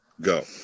go